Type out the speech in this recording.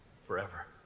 forever